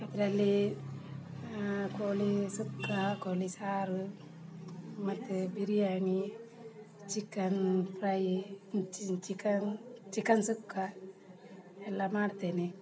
ಅದರಲ್ಲಿ ಕೋಳಿ ಸುಕ್ಕ ಕೋಳಿ ಸಾರು ಮತ್ತು biryani chicken fry chicken chicken ಸುಕ್ಕ ಎಲ್ಲ ಮಾಡ್ತೇನೆ